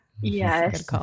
Yes